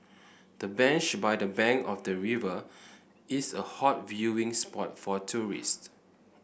the bench by the bank of the river is a hot viewing spot for tourists